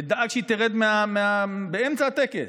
ודאג שהיא תרד באמצע הטקס,